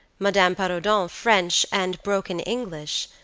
madame perrodon french and broken english,